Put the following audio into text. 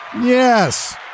Yes